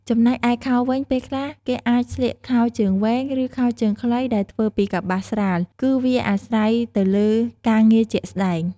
ចំំណែកឯខោវិញ ពេលខ្លះគេអាចស្លៀកខោជើងវែង ឬ ខោជើងខ្លីដែលធ្វើពីកប្បាសស្រាល គឺវាអាស្រ័យទៅលើការងារជាក់ស្ដែង។